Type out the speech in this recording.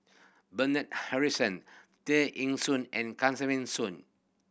Bernard Harrison Tear Ee Soon and Kesavan Soon